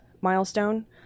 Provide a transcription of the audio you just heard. milestone